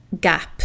gap